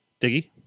diggy